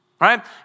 Right